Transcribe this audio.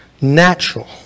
natural